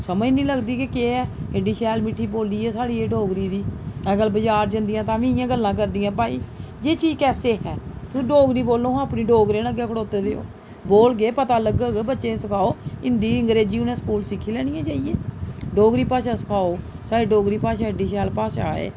समझ नी लगदी कि केह् ऐ एड्डी शैल मिठ्ठी बोली ऐ साढ़ी एह् डोगरी दी अज्जकल बजार जंदियां तां बी इ'यां गल्लां करदियां भई यह चीज़ कैसे है तुस डोगरी बोलो हा अपने डोगरें ने खड़ोते दे ओह् बोलगे पता लग्गग बच्चें गी सखाओ हिंदी अंग्रेज़ी उ'नें स्कूल सिक्खी लैनी जेइयै डोगरी भाशा सखाओ साढ़ी डोगरी भाशा एड्डी शैल भाशा ऐ